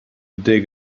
dig